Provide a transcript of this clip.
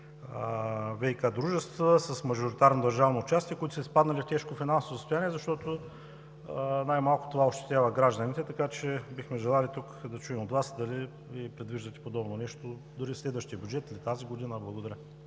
ВиК дружества, с мажоритарно държавно участие, които са изпаднали в тежко финансово състояние, защото най-малко това ощетява гражданите. Бихме желали да чуем от Вас: дали предвиждате подобно нещо, дали в следващия бюджет или тази година? Благодаря.